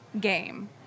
game